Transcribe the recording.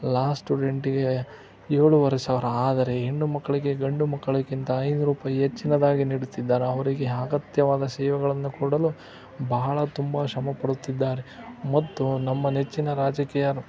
ಲಾ ಸ್ಟುಡೆಂಟಿಗೆ ಏಳೂವರೆ ಸಾವಿರ ಆದರೆ ಹೆಣ್ಣು ಮಕ್ಕಳಿಗೆ ಗಂಡು ಮಕ್ಕಳಿಗಿಂತ ಐನೂರು ರೂಪಾಯಿ ಹೆಚ್ಚಿನದಾಗಿ ನೀಡುತ್ತಿದ್ದಾರೆ ಅವರಿಗೆ ಅಗತ್ಯವಾದ ಸೇವೆಗಳನ್ನು ಕೊಡಲು ಭಾಳ ತುಂಬ ಶ್ರಮಪಡುತ್ತಿದ್ದಾರೆ ಮತ್ತು ನಮ್ಮ ನೆಚ್ಚಿನ ರಾಜಕೀಯ